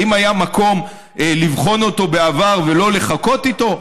האם היה מקום לבחון אותו בעבר ולא לחכות איתו,